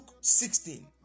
sixteen